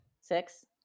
six